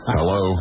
Hello